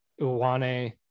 Uwane